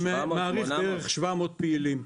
אני מעריך 700 פעילים.